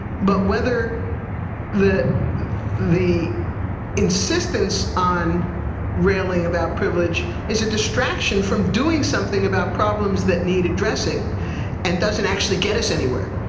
but whether the insistence on railing about privilege is a distraction from doing something about problems that need addressing and doesn't actually get us anywhere.